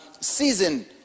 season